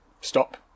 Stop